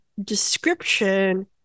description